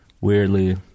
weirdly